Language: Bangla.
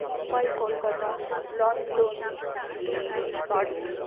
Mumbai Kolkata London Dublin Berlin